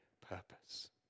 purpose